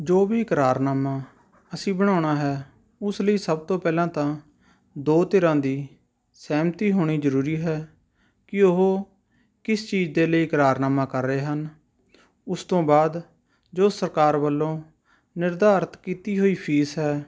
ਜੋ ਵੀ ਇਕਰਾਰਨਾਮਾ ਅਸੀਂ ਬਣਾਉਣਾ ਹੈ ਉਸ ਲਈ ਸਭ ਤੋਂ ਪਹਿਲਾਂ ਤਾਂ ਦੋ ਧਿਰਾਂ ਦੀ ਸਹਿਮਤੀ ਹੋਣੀ ਜ਼ਰੂਰੀ ਹੈ ਕਿ ਉਹ ਕਿਸ ਚੀਜ਼ ਦੇ ਲਈ ਇਕਰਾਰਨਾਮਾ ਕਰ ਰਹੇ ਹਨ ਉਸ ਤੋਂ ਬਾਅਦ ਜੋ ਸਰਕਾਰ ਵੱਲੋਂ ਨਿਰਧਾਰਿਤ ਕੀਤੀ ਹੋਈ ਫ਼ੀਸ ਹੈ